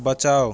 बचाउ